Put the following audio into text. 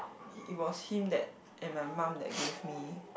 it was him that and my mum that gave me